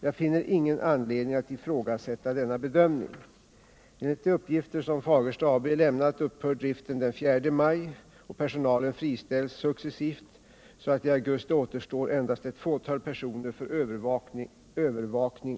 Jag finner ingen anledning att ifrågasätta denna bedömning.